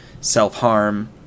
self-harm